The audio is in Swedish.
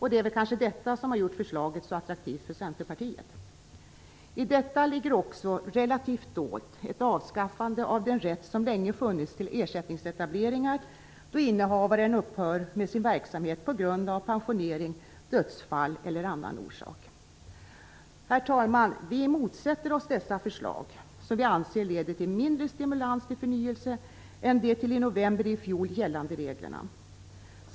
Det är kanske detta som gjort förslaget så attraktivt för Centerpartiet. I detta ligger också - relativt dolt - ett avskaffande av den rätt som länge funnits till ersättningsetableringar då innehavaren upphör med sin verksamhet på grund av pensionering, dödsfall eller annan orsak. Herr talman! Vi vi motsätter oss dessa förslag som vi anser leder till mindre stimulans till förnyelse än de till i november i fjol gällande reglerna.